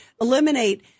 eliminate